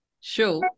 show